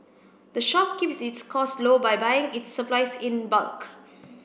the shop keeps its costs low by buying its supplies in bulk